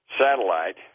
satellite